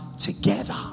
together